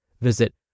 Visit